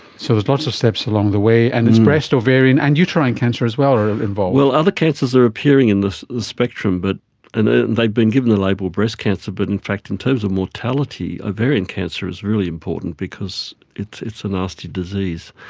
so there's lots of steps along the way. and it's breast, ovarian and uterine cancer as well are involved. well, other cancers are appearing in the spectrum, but and ah they've been given the label breast cancer but in fact in terms of mortality, ovarian cancer is really important because it's it's a nasty disease.